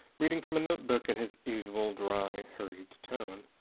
reading from a notebook in his usual dry, hurried tone,